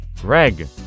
Greg